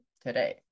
today